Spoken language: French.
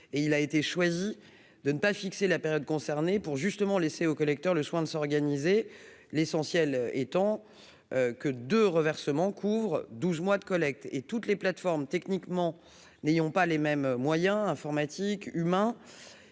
et il a été choisi de ne pas fixer la période concernée, pour justement laisser au collecteur le soin de s'organiser, l'essentiel étant que de reversement couvre 12 mois de collecte et toutes les plateformes, techniquement, n'ayons pas les mêmes moyens informatiques humain